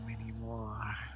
anymore